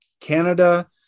Canada